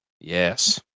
Yes